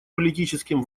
политическим